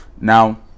Now